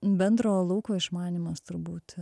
bendro lauko išmanymas turbūt